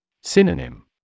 Synonym